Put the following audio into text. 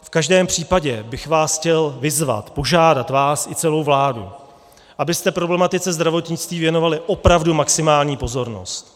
V každém případě bych vás chtěl vyzvat, požádat vás i celou vládu, abyste problematice zdravotnictví věnovali opravdu maximální pozornost.